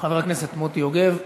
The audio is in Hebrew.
חבר הכנסת מוטי יוגב,